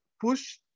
push